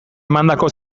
emandako